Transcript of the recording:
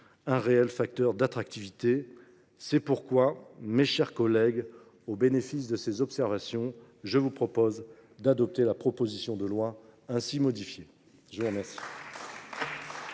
un réel facteur d’attractivité. C’est pourquoi, mes chers collègues, au bénéfice de ces observations, je vous invite à adopter la proposition de loi, ainsi modifiée. Nous passons